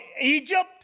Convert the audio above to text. Egypt